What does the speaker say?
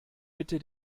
bitten